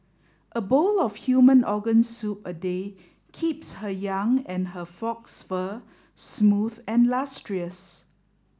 a bowl of human organ soup a day keeps her young and her fox fur smooth and lustrous